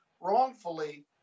wrongfully